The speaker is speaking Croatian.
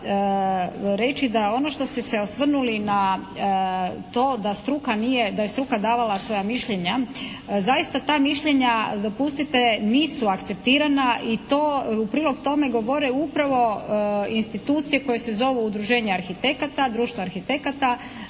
reći da ono što ste se osvrnuli na to da je struka davala svoja mišljenja, zaista ta mišljenja dopustite nisu akceptirana i u prilog tome govore upravo institucije koje se zovu udruženja arhitekata, društva arhitekata,